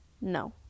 no